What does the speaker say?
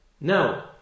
Now